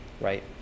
right